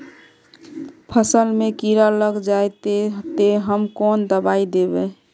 फसल में कीड़ा लग जाए ते, ते हम कौन दबाई दबे?